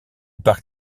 parc